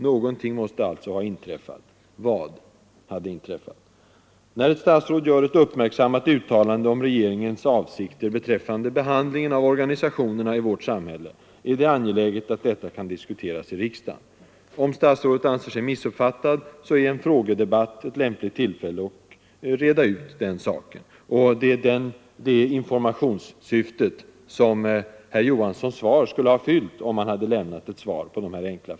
Något måste alltså ha inträffat. Vad hade inträffat? När ett statsråd gör ett uppmärksammat uttalande om regeringens avsikter beträffande behandlingen av organisationerna i vårt samhälle är det angeläget att detta kan diskuteras i riksdagen. Om statsrådet anser sig missuppfattad, så är en frågedebatt ett lämpligt tillfälle att reda ut saken. Det är detta informationssyfte, som ett svar från herr Johansson på de här enkla frågorna skulle ha fyllt.